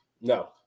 No